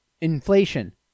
Inflation